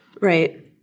Right